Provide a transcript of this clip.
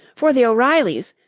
for the o'reillys,